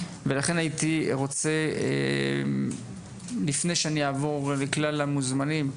ולכן הייתי רוצה לפני שאני אעבור לכלל המוזמנים,